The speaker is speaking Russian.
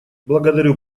благодарю